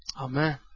Amen